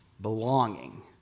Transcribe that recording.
belonging